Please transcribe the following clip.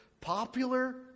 popular